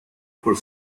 por